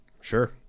sure